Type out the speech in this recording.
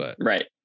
Right